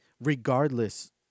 regardless